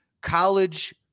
college